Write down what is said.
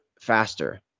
faster